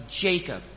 Jacob